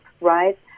right